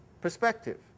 perspective